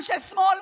אנשי שמאל,